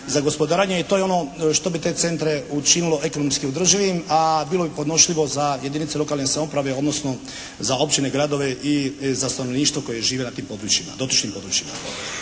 za gospodarenje i to je ono što bi te centre učinilo ekonomski održivim. A bilo bi podnošljivo za jedinice lokalne samouprave odnosno za općine, gradove i za stanovništvo koje živi na tim područjima, dotičnim područjima.